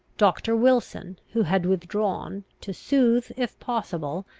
doctor wilson, who had withdrawn, to soothe, if possible,